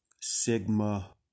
Sigma